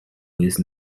with